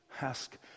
Ask